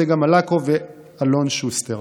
צגה מלקו ואלון שוסטר.